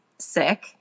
sick